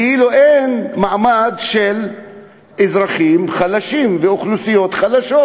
כאילו אין מעמד של אזרחים חלשים ואוכלוסיות חלשות.